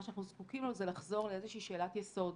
מה שאנחנו זקוקים לו זה לחזור לאיזושהי שאלת יסוד